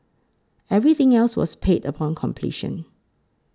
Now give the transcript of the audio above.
everything else was paid upon completion